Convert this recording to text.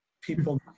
people